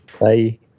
Bye